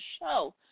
show